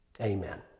Amen